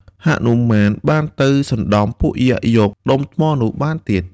ហនុមានបានទៅសណ្តំពួកយក្សយក ដុំថ្មនោះបានទៀត។